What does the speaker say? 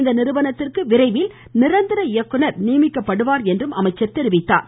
இந்த நிறுவனத்திற்கு விரைவில் நிரந்தர இயக்குனர் நியமிக்கப்படுவார் என்றார்